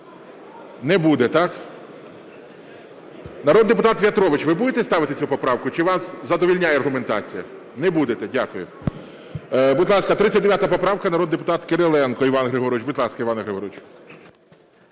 Не будете, так? Народний депутат В'ятрович, ви будете ставити цю поправку, чи вас задовольняє аргументація? Не будете. Дякую. Будь ласка, 39 поправка, народний депутат Кириленко Іван Григорович. Будь ласка, Іване Григоровичу.